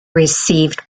received